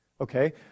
Okay